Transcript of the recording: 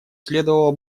следовало